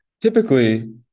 typically